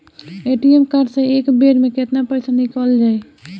ATM card से एक बेर मे केतना पईसा निकल जाई?